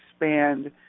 expand